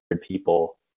people